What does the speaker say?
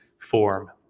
form